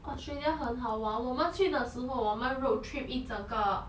australia 很好玩我们去的时候我们 road trip 一整个